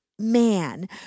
man